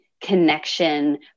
connection